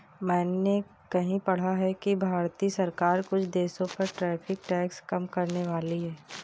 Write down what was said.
मैंने कहीं पढ़ा है कि भारतीय सरकार कुछ देशों पर टैरिफ टैक्स कम करनेवाली है